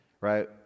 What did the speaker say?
right